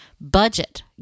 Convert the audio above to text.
budget